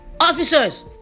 officers